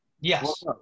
Yes